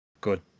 good